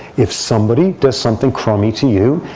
if somebody does something crummy to you,